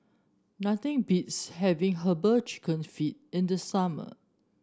nothing beats having herbal chicken feet in the summer